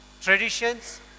traditions